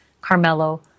Carmelo